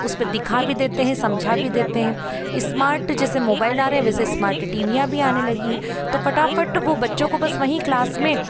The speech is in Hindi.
उसको दिखा भी देते हैं समझ भी देते हैं इस्मार्ट जैसे मोबाईल भी आ रहा है वैसे एस्मार्ट टीवीयाँ भी आने लगी है तो फटाफट वो बच्चों को बस वहीं क्लास में